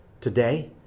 Today